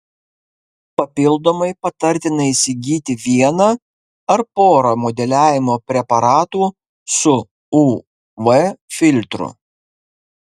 papildomai patartina įsigyti vieną ar porą modeliavimo preparatų su uv filtru